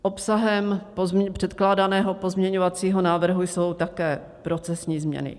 Obsahem předkládaného pozměňovacího návrhu jsou také profesní změny.